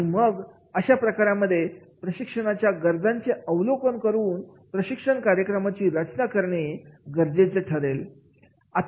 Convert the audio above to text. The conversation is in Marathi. आणि मग अशा प्रकारांमध्ये प्रशिक्षणाच्या गरजांचे अवलोकन करून प्रशिक्षण कार्यक्रमाची रचना करणे गरजेचे ठरेल